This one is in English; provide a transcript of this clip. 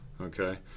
Okay